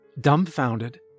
dumbfounded